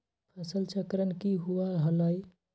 फसल चक्रण की हुआ लाई?